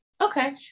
Okay